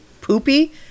Poopy